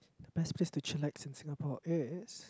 best place to chill at in Singapore is